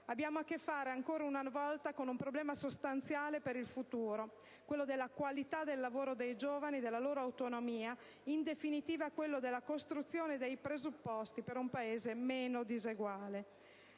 Abbiamo a che fare, ancora una volta, con un problema sostanziale per il futuro: quello della qualità del lavoro dei giovani, della loro autonomia, in definitiva quello della costruzione dei presupposti per un Paese meno diseguale.